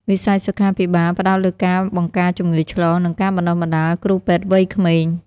វិស័យសុខាភិបាលផ្តោតលើការបង្ការជំងឺឆ្លង និងការបណ្តុះបណ្តាលគ្រូពេទ្យវ័យក្មេង។